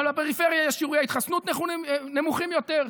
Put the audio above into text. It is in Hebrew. אבל בפריפריה שיעורי ההתחסנות נמוכים יותר,